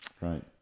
right